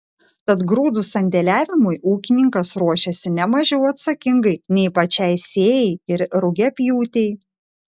tad grūdų sandėliavimui ūkininkas ruošiasi ne mažiau atsakingai nei pačiai sėjai ir rugiapjūtei